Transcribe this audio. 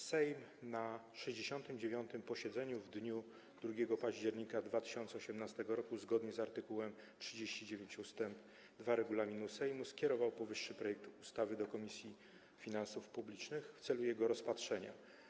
Sejm na 69. posiedzeniu w dniu 2 października 2018 r. zgodnie z art. 39 ust. 2 regulaminu Sejmu skierował powyższy projekt ustawy do Komisji Finansów Publicznych w celu jego rozpatrzenia.